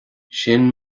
sin